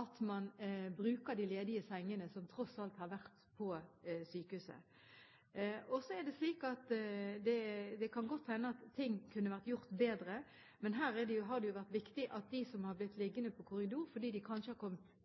at man bruker de ledige sengene som tross alt har vært på sykehuset. Det kan godt hende at ting kunne vært gjort bedre, men det har vært viktig at de som har blitt liggende i korridor, kanskje fordi de har kommet